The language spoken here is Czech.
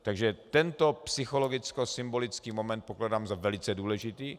Takže tento psychologickosymbolický moment pokládám za velice důležitý.